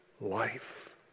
life